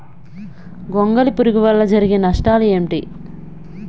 గొంగళి పురుగు వల్ల జరిగే నష్టాలేంటి?